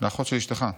לאחות של אשתך.